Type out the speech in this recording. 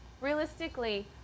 Realistically